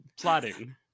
plotting